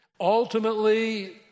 ultimately